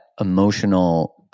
emotional